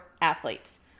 athletes